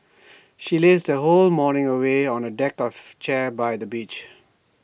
she lazed her whole morning away on A deck chair by the beach